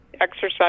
exercise